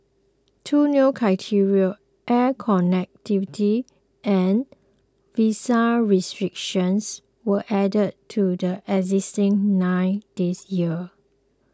two new criteria air connectivity and visa restrictions were added to the existing nine this year